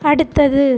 அடுத்தது